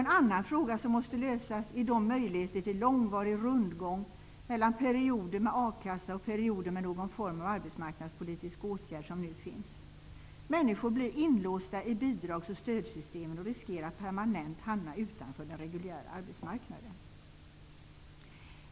En annan fråga som måste lösas är de möjligheter till långvarig rundgång mellan perioder med akassa och perioder med någon form av arbetsmarknadspolitisk åtgärd som nu finns. Människor blir inlåsta i bidrags och stödsystemen och riskerar att permanent hamna utanför den reguljära arbetsmarknaden.